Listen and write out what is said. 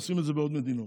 עושים את זה בעוד מדינות.